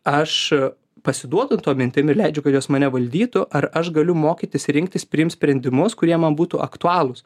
aš pasiduodu tom mintim ir leidžiu kad jos mane valdytų ar aš galiu mokytis rinktis priimt sprendimus kurie man būtų aktualūs